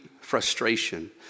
frustration